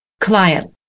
client